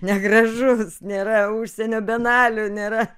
negražus nėra užsienio bienalių nėra